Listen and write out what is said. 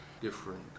different